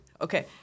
Okay